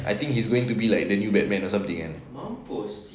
I think he's going to be like the new batman or something kan